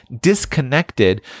disconnected